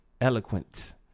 Eloquent